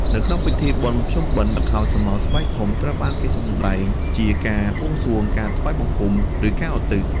នៅក្នុងពិធីបុណ្យភ្ជុំបិណ្ឌ ល្ខោនស្រមោលស្បែកធំ ត្រូវបានគេសម្តែងជាការ បួងសួង ការថ្វាយបង្គំ ឬការឧទ្ទិស។